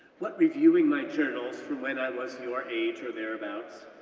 what reviewing my journals from when i was your age, or thereabouts,